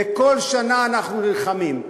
וכל שנה אנחנו נלחמים.